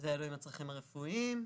צרכים רפואיים.